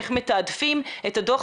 איך מתעדפים את הדוח,